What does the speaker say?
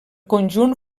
conjunt